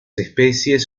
especies